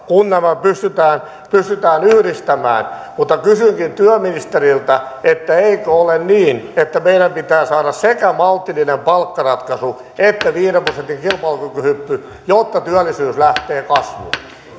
kun nämä pystytään yhdistämään mutta kysynkin työministeriltä eikö ole niin että meidän pitää saada sekä maltillinen palkkaratkaisu että viiden prosentin kilpailukykyhyppy jotta työllisyys lähtee kasvuun